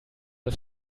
das